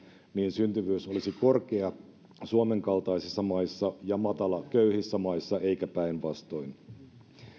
syntyvyys olisi korkea suomen kaltaisissa maissa ja matala köyhissä maissa eikä päinvastoin